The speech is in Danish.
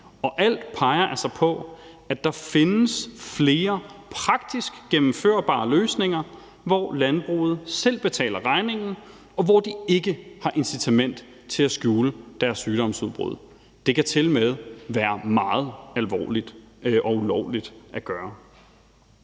alt peger altså på, at der findes flere praktisk gennemførbare løsninger, hvor landbruget selv betaler regningen, og hvor de ikke har et incitament til at skjule deres sygdomsudbrud, og det kan tilmed også være meget alvorligt og ulovligt at gøre